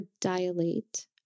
dilate